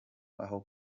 aho